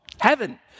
Heaven